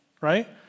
Right